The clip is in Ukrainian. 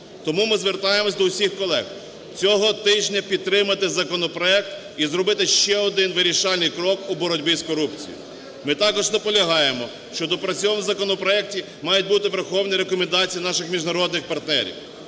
Тому ми звертаємось до всіх колег цього тижня підтримати законопроект і зробити ще один вирішальний крок у боротьбі з корупцією. Ми також наполягаємо, що в доопрацьованому законопроекті мають бути враховані рекомендації наших міжнародних партнерів.